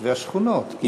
תושבי השכונות.